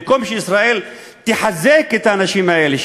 במקום שישראל תחזק את האנשים האלה,